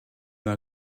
dans